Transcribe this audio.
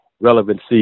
relevancy